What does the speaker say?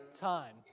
time